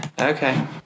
Okay